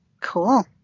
Cool